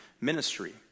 ministry